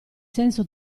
senso